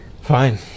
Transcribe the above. Fine